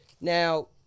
Now